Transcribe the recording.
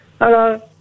Hello